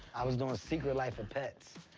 i was doing secret life of pets,